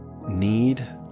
need